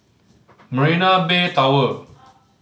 Marina Bay Tower